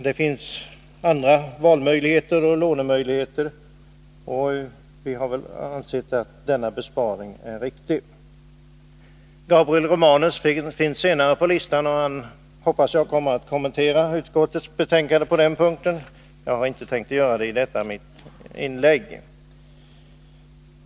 Det finns andra lånemöjligheter, och vi har ansett att denna besparing är riktig. Gabriel Romanus står längre ned på talarlistan, och jag hoppas att han kommer att kommentera utskottets skrivning på denna punkt. Jag har inte tänkt att göra det i detta mitt inlägg.